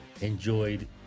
enjoyed